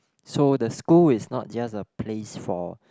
so the school is not just a place for